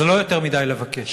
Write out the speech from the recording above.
זה לא יותר מדי לבקש.